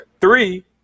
three